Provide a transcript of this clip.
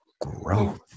growth